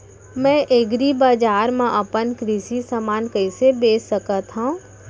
मैं एग्रीबजार मा अपन कृषि समान कइसे बेच सकत हव?